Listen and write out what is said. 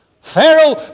Pharaoh